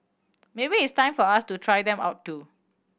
maybe it's time for us to try them out too